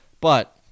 but-